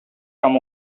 from